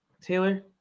Taylor